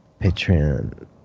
Patreon